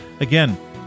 Again